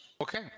okay